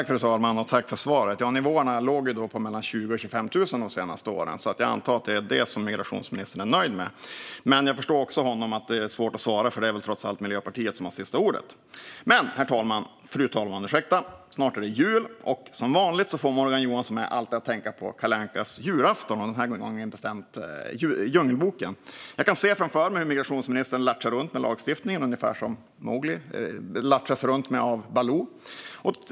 Fru talman! Jag tackar för svaret. Nivåerna har legat på mellan 20 000 och 25 000 de senaste åren. Jag antar att det är det som migrationsministern är nöjd med. Men jag förstår också att det är svårt för honom att svara, eftersom det väl trots allt är Miljöpartiet som har sista ordet. Fru talman! Snart är det jul. Som vanligt får Morgan Johansson mig att tänka på Kalle Ankas julafton, den här gången närmare bestämt på Djungelboken. Jag kan se framför mig hur migrationsministern lattjar runt med lagstiftningen ungefär som Baloo lattjar runt med Mowgli.